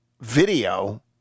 video